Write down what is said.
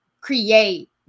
create